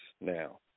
now